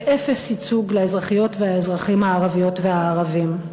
ואפס ייצוג לאזרחיות ולאזרחים הערביות והערבים,